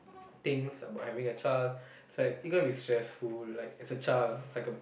things about having a child it's like gonna be stressful like it's a child like a